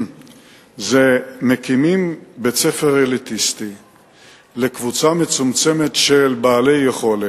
מקימים בית-ספר אליטיסטי לקבוצה מצומצמת של בעלי יכולת,